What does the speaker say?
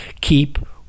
Keep